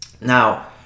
Now